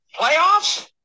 playoffs